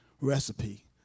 recipe